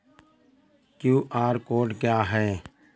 QR code क्या है?